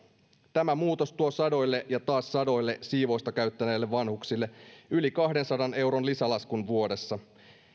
tämä muutos tuo sadoille ja taas sadoille siivousta käyttäneille vanhuksille yli kahdensadan euron lisälaskun vuodessa